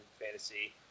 fantasy